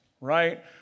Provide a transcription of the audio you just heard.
right